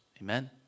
Amen